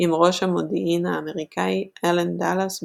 עם ראש המודיעין האמריקאי אלן דאלס בברן,